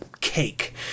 cake